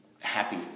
happy